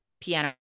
piano